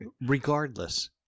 Regardless